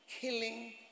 killing